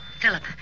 Philip